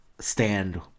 stand